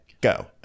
go